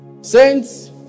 Saints